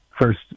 first